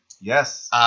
Yes